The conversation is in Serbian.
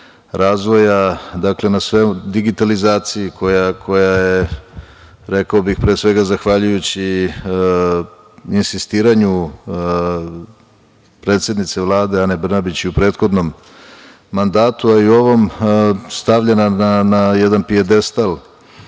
razvoja, digitalizaciji koja je, rekao bih, pre svega zahvaljujući insistiranju predsednice Vlade Ane Brnabić i u prethodnom mandatu, ali i ovom, stavljena na jedan pijadestal